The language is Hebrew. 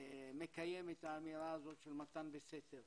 מקיים את האמירה הזאת של מתן בסתר,